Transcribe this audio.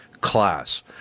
class